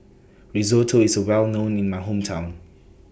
Risotto IS Well known in My Hometown